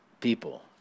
people